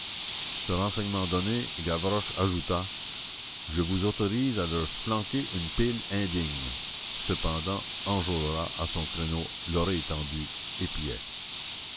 ce renseignement donné gavroche ajouta je vous autorise à leur flanquer une pile indigne cependant enjolras à son créneau l'oreille tendue épiait